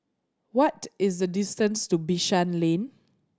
what is the distance to Bishan Lane